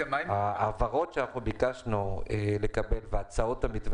ההבהרות שאנחנו ביקשנו לקבל וההצעות למתווה